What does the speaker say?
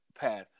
path